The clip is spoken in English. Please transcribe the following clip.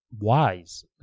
wise